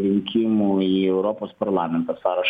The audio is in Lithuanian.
rinkimų į europos parlamentą sąrašą